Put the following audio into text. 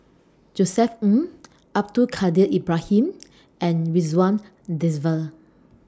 Josef Ng Abdul Kadir Ibrahim and Ridzwan Dzafir